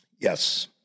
Yes